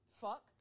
Fuck